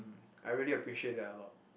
I really appreciate that a lot